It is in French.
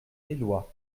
éloie